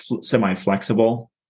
semi-flexible